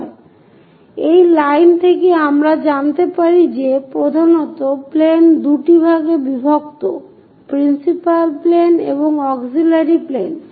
সুতরাং এই লাইন থেকে আমরা জানতে পারি যে প্রধানত প্লেন দুটিভাগে বিভক্ত প্রিন্সিপাল প্লেন এবং অক্সিলিয়ারি প্লেন